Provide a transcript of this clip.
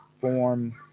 form